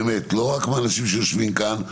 לא רק מהאנשים שיושבים כאן,